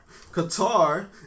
Qatar